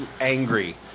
angry